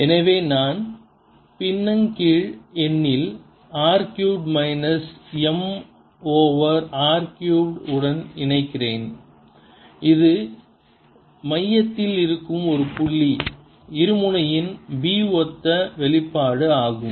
எனவே நான் பின்னக்கீழ் எண்ணில் r cube minus m over r cube உடன் இருக்கிறேன் இது மையத்தில் இருக்கும் ஒரு புள்ளி இருமுனையின் B ஒத்த வெளிப்பாடு ஆகும்